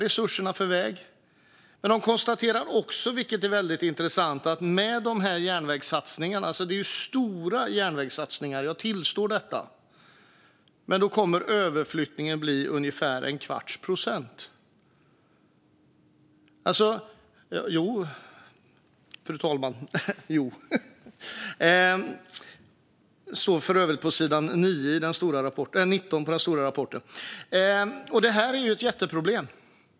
Trafikverket konstaterar också, vilket är väldigt intressant, att överflyttningen med dessa järnvägssatsningar - som är stora; jag tillstår det - kommer att bli ungefär en kvarts procent. Detta står för övrigt på sidan 19 i den stora rapporten. Det här är ju ett jätteproblem.